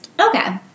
Okay